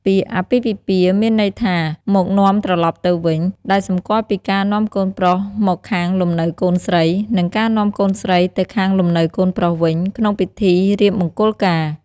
ពាក្យ "អាពាហ៍ពិពាហ៍" មានន័យថា "មកនាំត្រឡប់ទៅវិញ" ដែលសម្គាល់ពីការនាំកូនប្រុសមកខាងលំនៅកូនស្រី និងការនាំកូនស្រីទៅខាងលំនៅកូនប្រុសវិញ ក្នុងពិធីរៀបមង្គលការ។